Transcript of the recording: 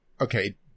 okay